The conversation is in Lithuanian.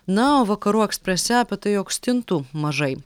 na o vakarų eksprese apie tai jog stintų mažai